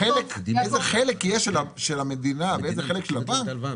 --- איזה חלק יהיה של המדינה ואיזה חלק של הבנק.